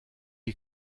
est